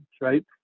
right